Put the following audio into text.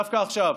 דווקא עכשיו?